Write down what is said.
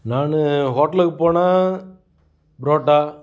நான் ஹோட்டலுக்கு போனால் பரோட்டா